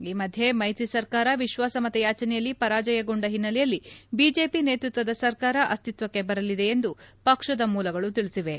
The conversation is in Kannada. ಈ ಮಧ್ಯ ಮೈತ್ರಿ ಸರ್ಕಾರ ವಿಶ್ವಾಸಮತ ಯಾಚನೆಯಲ್ಲಿ ಪರಾಜಯಗೊಂಡ ಹಿನ್ನೆಲೆಯಲ್ಲಿ ಬಿಜೆಪಿ ನೇತೃತ್ತದ ಸರ್ಕಾರ ಅಸ್ತಿತ್ತಕ್ಷೆ ಬರಲಿದೆ ಎಂದು ಪಕ್ಷದ ಮೂಲಗಳು ತಿಳಿಸಿವೆ